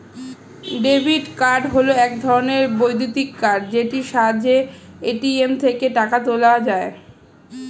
debit card হল এক ধরণের বৈদ্যুতিক কার্ড যেটির সাহায্যে এ.টি.এম থেকে টাকা তোলা যায়